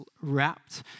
wrapped